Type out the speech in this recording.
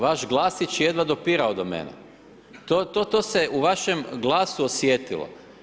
Vaš glasić jedva je dopirao do mene, to se u vašem glasu osjetilo.